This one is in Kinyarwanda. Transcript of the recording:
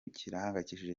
kirahangayikishije